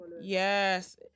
Yes